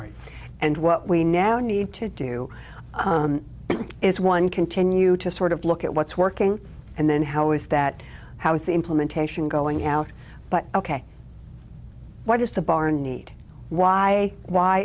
right and what we now need to do is one continue to sort of look at what's working and then how is that how is the implementation going out but ok why does the barn need why why